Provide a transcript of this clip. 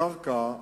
הקרקע,